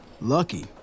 lucky